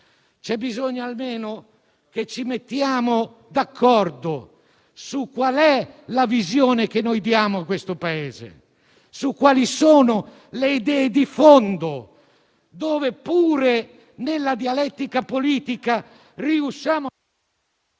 C'è bisogno almeno che ci mettiamo d'accordo su qual è la visione che noi diamo a questo Paese e quali sono le idee di fondo, dove pure nella dialettica politica riusciamo a